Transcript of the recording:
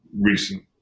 recent